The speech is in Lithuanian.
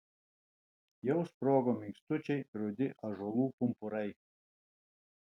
jau sprogo minkštučiai rudi ąžuolų pumpurai